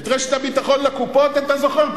את רשת הביטחון לקופות אתה זוכר.